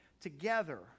together